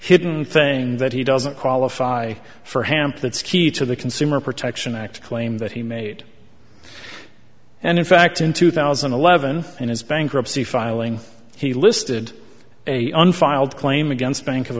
hidden thing that he doesn't qualify for hamp that's key to the consumer protection act claim that he made and in fact in two thousand and eleven in his bankruptcy filing he listed a unfiled claim against bank of